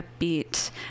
upbeat